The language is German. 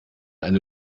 eine